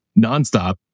nonstop